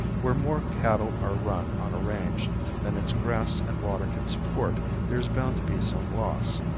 where more cattle are run on a range than its grass and water can support there is bound to be some loss.